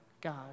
God